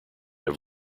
have